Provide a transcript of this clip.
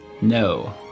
No